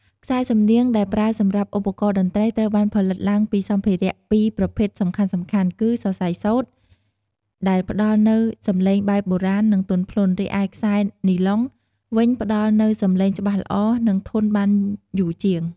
ខ្សែសំនៀងដែលប្រើសម្រាប់ឧបករណ៍តន្រ្តី ត្រូវបានផលិតឡើងពីសម្ភារៈពីរប្រភេទសំខាន់ៗ គឺ សរសៃសូត្រ ដែលផ្តល់នូវសំឡេងបែបបុរាណ និងទន់ភ្លន់ រីឯ ខ្សែនីឡុង វិញផ្តល់នូវសំឡេងច្បាស់ល្អ និងធន់បានយូរជាង។